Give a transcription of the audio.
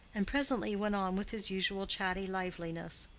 and presently went on with his usual chatty liveliness.